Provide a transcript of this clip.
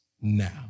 now